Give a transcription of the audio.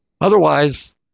otherwise